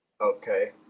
Okay